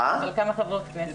אבל כמה חברות כנסת,